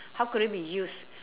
how could it be used